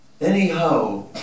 Anyhow